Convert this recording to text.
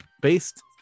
based